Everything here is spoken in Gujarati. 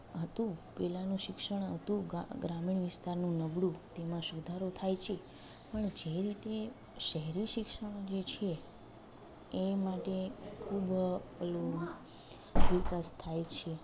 હતું પહેલાંનું શિક્ષણ હતું ગા ગ્રામીણ વિસ્તારનું નબળું તેમાં સુધારો થાય છે પણ જે રીતે શહેરી શિક્ષણ જે છે એ માટે ખૂબ પેલું વિકાસ થાય છે